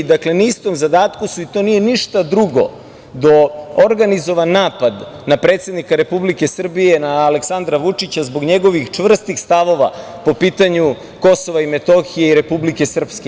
Dakle, na istom zadatku su, i to nije ništa drugo do organizovan napad na predsednika Republike Srbije, na Aleksandra Vučića, zbog njegovih čvrstih stavova po pitanju Kosova i Metohije i Republike Srpske.